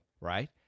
right